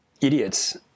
idiots